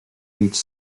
each